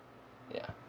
ya